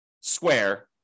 square